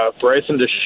Bryson